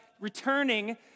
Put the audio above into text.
Returning